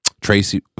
tracy